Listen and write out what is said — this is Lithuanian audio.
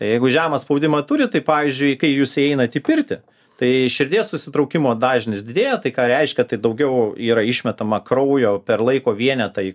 jeigu žemą spaudimą turit tai pavyzdžiui kai jūs įeinat į pirtį tai širdies susitraukimo dažnis didėja tai ką reiškia tai daugiau yra išmetama kraujo per laiko vienetą į